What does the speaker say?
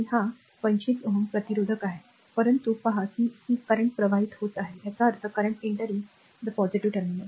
आणि हा 25 Ω प्रतिरोधक आहे परंतु पहा की ही सद्यस्थिती प्रवाहित होत आहे याचा अर्थ चालू टर्मिनलमध्ये प्रवेश करणे